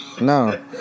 no